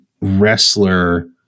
wrestler